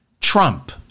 Trump